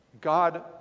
God